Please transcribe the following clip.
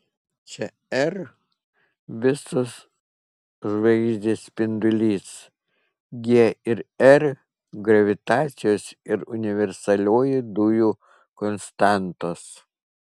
čia r visos žvaigždės spindulys g ir r gravitacijos ir universalioji dujų konstantos